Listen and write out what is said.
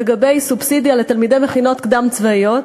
לגבי סובסידיה לתלמידי מכינות קדם-צבאיות,